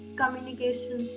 communication